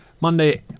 Monday